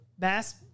mass